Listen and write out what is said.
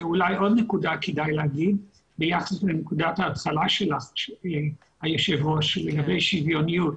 אולי עוד נקודה כדאי להגיד ביחס לנקודת ההצלה שלך היו"ר לגבי שוויוניות.